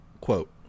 Quote